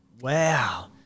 Wow